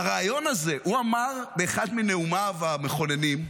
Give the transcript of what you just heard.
הרעיון הזה, הוא אמר באחד מנאומיו המכוננים,